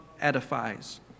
edifies